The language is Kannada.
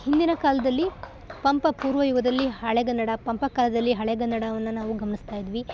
ಹಿಂದಿನ ಕಾಲದಲ್ಲಿ ಪಂಪ ಪೂರ್ವ ಯುಗದಲ್ಲಿ ಹಳೆಗನ್ನಡ ಪಂಪ ಕಾಲದಲ್ಲಿ ಹಳೆಗನ್ನಡವನ್ನು ನಾವು ಗಮನಿಸ್ತಾ ಇದ್ವಿ